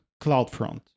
CloudFront